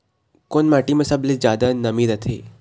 कोन माटी म सबले जादा नमी रथे?